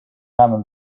common